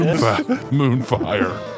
Moonfire